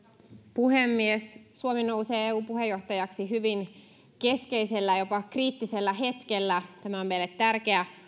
puhemies suomi nousee eun puheenjohtajaksi hyvin keskeisellä ja jopa kriittisellä hetkellä tämä on meille tärkeä